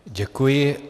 Děkuji.